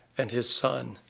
and his son,